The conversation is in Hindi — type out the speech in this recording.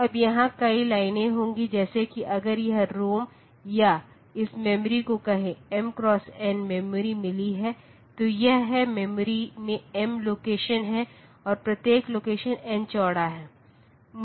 अब यहाँ कई लाइनें होंगी जैसे कि अगर यह रोम या इस मेमोरी को कहे mxn मेमोरी मिली है तो यह है कि मेमोरी में m लोकेशन हैं और प्रत्येक लोकेशन n चौड़ा है